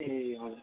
ए हजुर